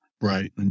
Right